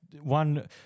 one